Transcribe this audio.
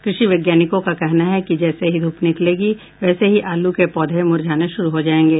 कृषि वैज्ञानिकों का कहना है कि जैसे ही धूप निकलेगी वैसे ही आलू के पौधे मुरझाने शुरू हो जायेंगे